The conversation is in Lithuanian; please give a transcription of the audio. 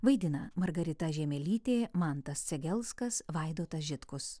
vaidina margarita žiemelytė mantas cegelskas vaidotas žitkus